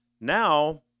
Now